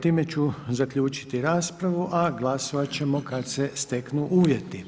Time ću zaključiti raspravu, a glasovati ćemo kada se steknu uvjeti.